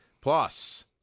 Plus